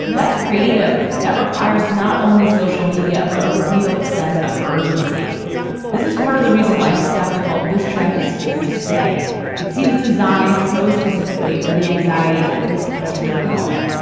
that's creative that requires not only social media but a real sense of urgency this is part of the reason why i'm skeptical. this trend is here to stay it seems designed so specifically for the anxieties of this particular moment.